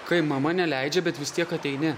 kai mama neleidžia bet vis tiek ateini